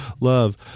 Love